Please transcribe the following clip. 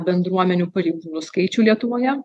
bendruomenių pareigūnų skaičių lietuvoje